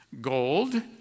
gold